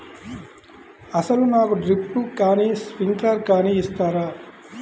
అసలు నాకు డ్రిప్లు కానీ స్ప్రింక్లర్ కానీ ఇస్తారా?